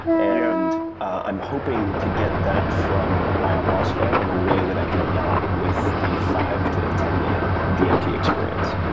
and i'm hoping to get that from ayahuasca in a way that i did not with the five to ten minute dmt experience.